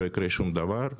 לא יקרה שום דבר.